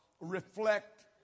reflect